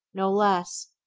no less.